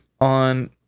on